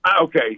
Okay